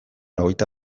hogeita